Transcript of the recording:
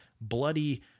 bloody